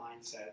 mindset